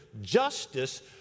justice